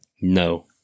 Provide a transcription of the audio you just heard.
No